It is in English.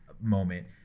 moment